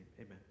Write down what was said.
amen